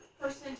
person